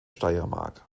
steiermark